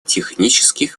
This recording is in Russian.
технических